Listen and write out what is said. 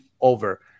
over